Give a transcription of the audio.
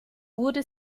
wurde